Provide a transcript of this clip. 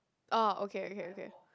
ah okay okay okay